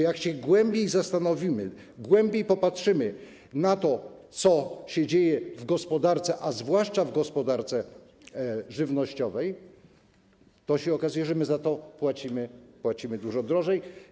Jak się głębiej zastanowimy, głębiej popatrzymy na to, co się dzieje w gospodarce, zwłaszcza w gospodarce żywnościowej, to się okazuje, że my za to płacimy dużo drożej.